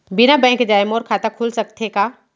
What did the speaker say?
बिना बैंक जाए मोर खाता खुल सकथे का?